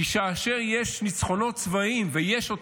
כי כאשר יש ניצחונות צבאיים, ויש אותם,